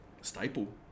staple